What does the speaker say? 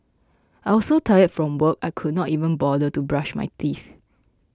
I was so tired from work I could not even bother to brush my teeth